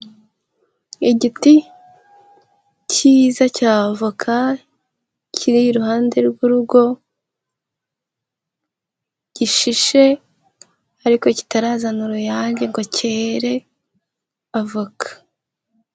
Igiti cyiza cya voka, kiri iruhande rw'urugo, gishishe, ariko kitarazana uruyange ngo cyere avoka.